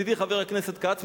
ידידי חבר הכנסת כץ,